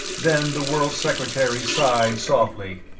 then the world secretary sighed softly.